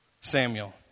Samuel